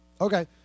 Okay